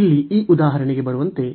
ಇಲ್ಲಿ ಈ ಉದಾಹರಣೆಗೆ ಬರುವಂತೆ